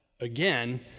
Again